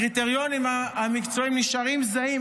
הקריטריונים המקצועיים נשארים זהים,